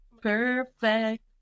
Perfect